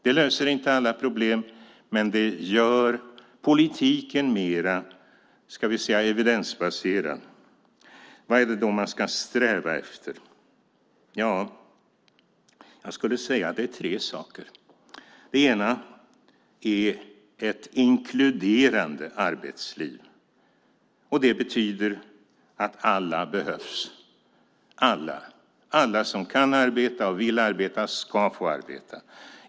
Det löser inte alla problem, men det gör politiken mer evidensbaserad. Vad är det då man ska sträva efter? Jag skulle säga att det är tre saker. Det första är ett inkluderande arbetsliv. Det betyder att alla behövs. Alla som kan arbeta och vill arbeta ska få arbeta.